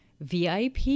VIP